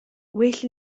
well